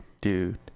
Dude